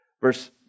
Verse